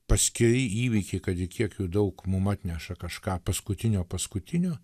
paskiri įvykiai kad ir kiekių daug mum atneša kažką paskutinio paskutinio